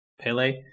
Pele